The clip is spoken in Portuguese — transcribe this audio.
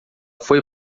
foi